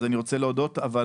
אני רוצה להודות על כך,